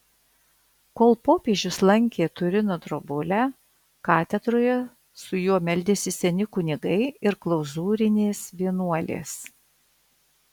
kol popiežius lankė turino drobulę katedroje su juo meldėsi seni kunigai ir klauzūrinės vienuolės